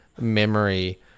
memory